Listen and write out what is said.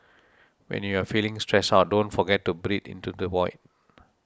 when you are feeling stressed out don't forget to breathe into the void